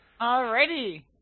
Alrighty